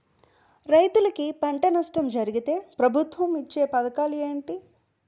రైతులుకి పంట నష్టం జరిగితే ప్రభుత్వం ఇచ్చా పథకాలు ఏంటి?